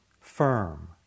firm